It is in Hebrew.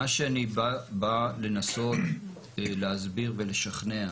מה שאני בא לנסות להסביר ולשכנע,